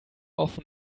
offen